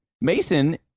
Mason